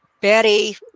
Betty